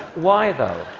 why, though?